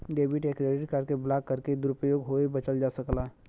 debit या credit card के block करके दुरूपयोग होये बचल जा सकला